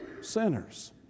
sinners